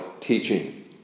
teaching